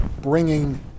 bringing